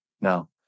Now